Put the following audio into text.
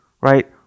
right